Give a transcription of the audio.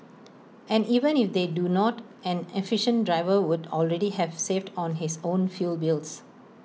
and even if they do not an efficient driver would already have saved on his own fuel bills